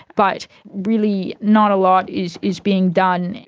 but really not a lot is is being done.